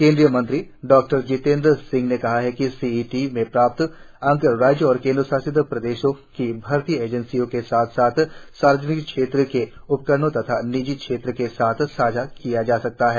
केंद्रीय मंत्री डॉक्टर जितेन्द्र सिंह ने कहा कि सीईटी में प्राप्त अंक राज्य और केंद्र शासित प्रदेशों की भर्ती एजेंसियों के साथ साथ सार्वजनिक क्षेत्र के उपक्रमों तथा निजी क्षेत्र के साथ साझा किये जा सकते हैं